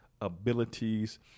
abilities